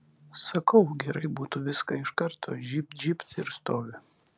sakau gerai būtų viską iš karto žybt žybt ir stovi